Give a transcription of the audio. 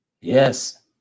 Yes